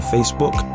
Facebook